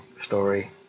story